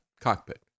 cockpit